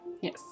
Yes